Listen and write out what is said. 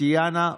טטיאנה מזרֵסקי.